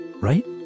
right